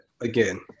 Again